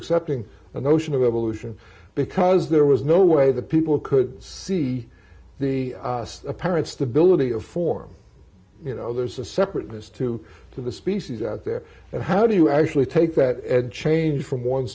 accepting the notion of evolution because there was no way that people could see the apparent stability of form you know there's a separateness to to the species out there and how do you actually take that ad change from one